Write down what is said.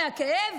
מהכאב,